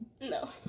no